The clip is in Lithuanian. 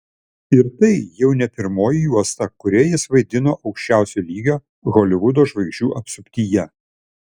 ir tai jau ne pirmoji juosta kurioje jis vaidino aukščiausio lygio holivudo žvaigždžių apsuptyje